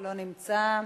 לא נמצא,